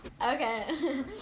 okay